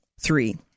three